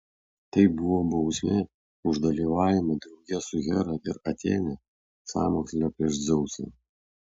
tai buvo bausmė už dalyvavimą drauge su hera ir atėne sąmoksle prieš dzeusą